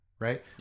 Right